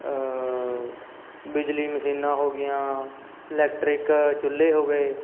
ਬਿਜਲੀ ਮਸ਼ੀਨਾਂ ਹੋ ਗਈਆਂ ਇਲੈਕਟਰਿਕ ਚੁੱਲੇ ਹੋ ਗਏ